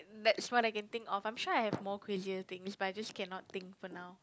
that's what I can think of I'm sure I have more crazier things but I just cannot think for now